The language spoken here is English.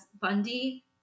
Bundy